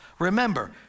Remember